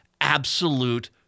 absolute